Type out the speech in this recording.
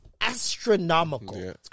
astronomical